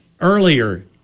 earlier